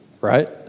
right